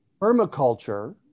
permaculture